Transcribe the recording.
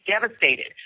devastated